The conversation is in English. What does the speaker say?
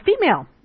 female